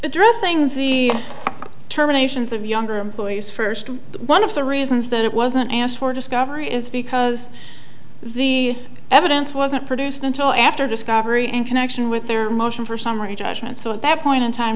addressing the terminations of younger employees first one of the reasons that it wasn't asked for discovery is because the evidence wasn't produced until after discovery in connection with their motion for summary judgment so at that point in time